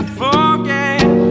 forget